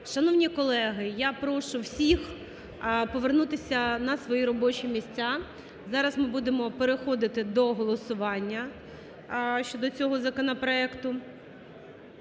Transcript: Шановні колеги, я прошу всіх повернутися на свої робочі місця, зараз ми будемо переходити до голосування щодо цього законопроекту.